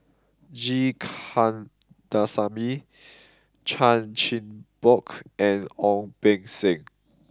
G Kandasamy Chan Chin Bock and Ong Beng Seng